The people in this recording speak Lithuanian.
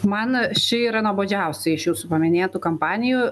man ši yra nuobodžiausia iš jūsų paminėtų kampanijų